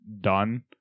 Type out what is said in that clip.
done